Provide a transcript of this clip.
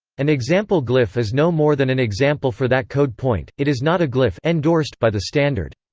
an example glyph is no more than an example for that code point it is not a glyph endorsed by the standard.